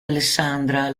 alessandra